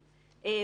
אלינו.